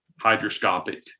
hydroscopic